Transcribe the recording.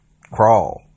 crawl